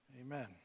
amen